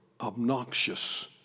obnoxious